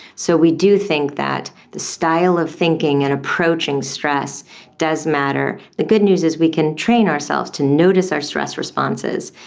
so we do think that the style of thinking and approaching stress does matter. the good news is we can train ourselves to notice our stress responses,